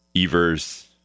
Evers